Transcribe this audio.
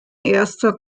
erster